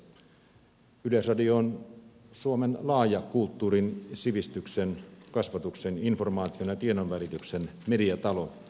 yleisradio on suomen laaja kulttuurin sivistyksen kasvatuksen informaation ja tiedonvälityksen mediatalo